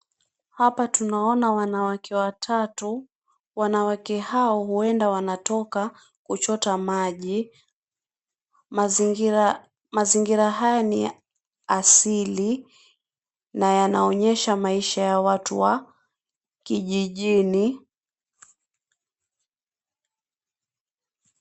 Hapa tunaona wanawake watatu. Wanawake hao huenda wanatoka kuchota maji. Mazingira haya ni ya asili na yanaonyesha maisha ya watu wa kijijini.